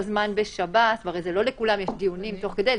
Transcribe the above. זמן בשב"ס הרי לא לכולם יש דיונים תוך כדי,